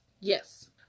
yes